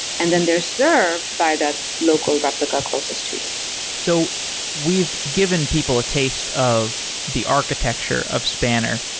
and then they're served by that local replica closest to you so we've given people a taste of the architecture of spanner.